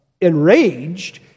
enraged